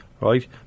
right